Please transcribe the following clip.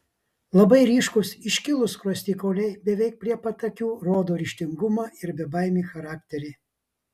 labai ryškūs iškilūs skruostikauliai beveik prie pat akių rodo ryžtingumą ir bebaimį charakterį